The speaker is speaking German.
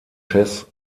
chess